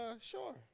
sure